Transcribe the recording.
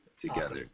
together